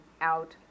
out